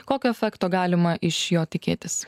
kokio efekto galima iš jo tikėtis